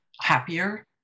happier